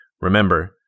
Remember